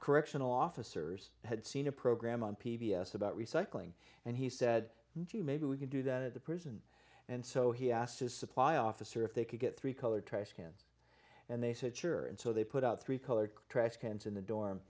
correctional officers had seen a program on p b s about recycling and he said gee maybe we can do that at the prison and so he asked to supply officer if they could get three colored trash cans and they said sure and so they put out three colored trash cans in the dorm